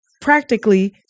practically